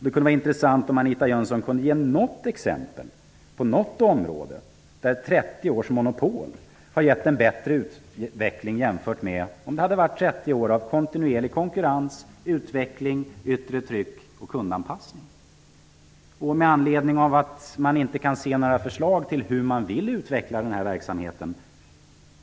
Det vore intressant att få höra Anita Jönsson ge något exempel på något område, där 30 års monopol har gett en bättre utveckling vid en jämförelse med om det hade varit 30 år av kontinuerlig konkurrens, utveckling, yttre tryck och kundanpassning. Ni har ju inga förslag på hur man kan utveckla denna verksamhet.